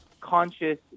conscious